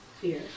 fear